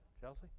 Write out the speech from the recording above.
Chelsea